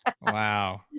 Wow